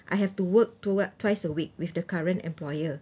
I have to work tw~ twice a week with the current employer